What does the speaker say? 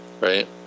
right